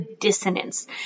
dissonance